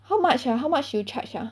how much oh how much you charge ah